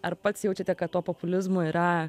ar pats jaučiate kad to populizmo yra